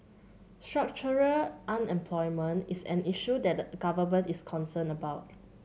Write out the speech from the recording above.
structural unemployment is an issue that the Government is concerned about